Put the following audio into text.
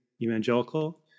evangelical